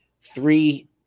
three